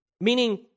meaning